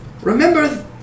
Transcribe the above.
Remember